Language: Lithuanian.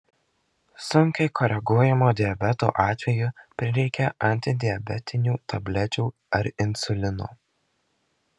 sunkiai koreguojamo diabeto atveju prireikia antidiabetinių tablečių ar insulino